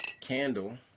candle